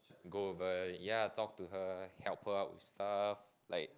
go over yeah talk to her help out her with stuff like